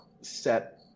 set